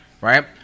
Right